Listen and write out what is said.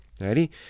Ready